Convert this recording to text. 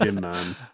man